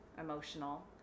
emotional